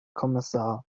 kommissar